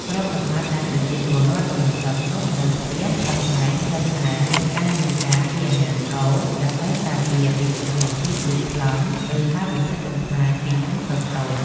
ទ្រព្យសម្បត្តិដែលប្រជាពលរដ្ឋបានបន្សល់ទុកនៅផ្ទះសម្បែងត្រូវតែមានការយាមកាមពីអាជ្ញាធរ ដើម្បីការពារពីសកម្មភាពលួចប្លន់ ឬការបំផ្លិចបំផ្លាញពីជនខិលខូច។